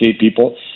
people